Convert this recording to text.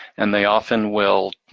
and they often will